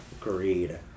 Agreed